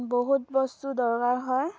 বহুত বস্তু দৰকাৰ হয়